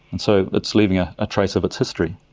and so it's leaving a ah trace of its history.